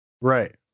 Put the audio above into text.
Right